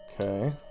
Okay